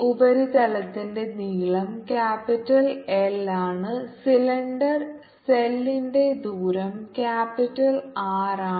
ഈ ഉപരിതലത്തിന്റെ നീളം ക്യാപിറ്റൽം L ആണ് സിലിണ്ടർ സെല്ലിന്റെ ദൂരം ക്യാപിറ്റൽ R